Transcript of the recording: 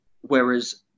Whereas